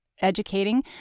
educating